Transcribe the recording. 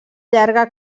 llarga